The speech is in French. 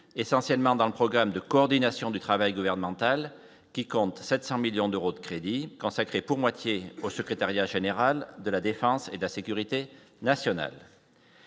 essentiellement dans le programme de coordination du travail gouvernemental, qui compte 700 millions d'euros de crédits consacrés pour moitié au secrétariat général de la défense et de sécurité nationale.